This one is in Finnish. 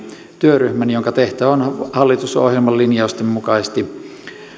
työryhmän jonka tehtävänä on hallitusohjelman linjausten mukaisesti